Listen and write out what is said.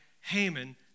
Haman